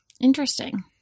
Interesting